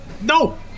No